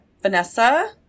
Vanessa